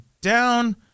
down